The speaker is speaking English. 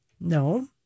No